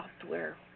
software